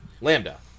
Lambda